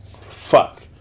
fuck